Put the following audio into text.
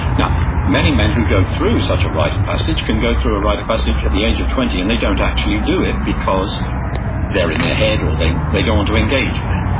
now many men who go through such a rite of passage can go through a rite of passage at the age of twenty and they don't actually do it because they're in their head or they they don't want to engage with it.